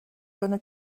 gonna